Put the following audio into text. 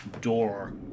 door